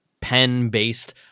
pen-based